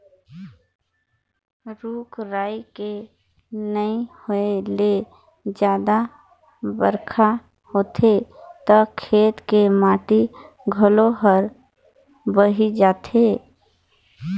रूख राई के नइ होए ले जादा बइरखा होथे त खेत के माटी घलो हर बही जाथे